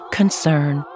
concern